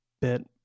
bit